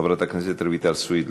חברת הכנסת רויטל סויד,